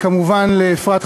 כמובן לאפרת חקאק.